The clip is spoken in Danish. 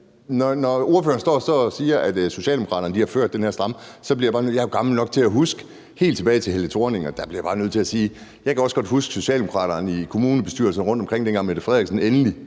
når ordføreren står og siger, at Socialdemokraterne har ført den her stramme udlændingepolitik. Jeg er jo gammel nok til at kunne huske helt tilbage til Helle Thorning-Schmidt, og jeg kan også godt huske socialdemokraterne i kommunalbestyrelserne rundtomkring, dengang Mette Frederiksen endelig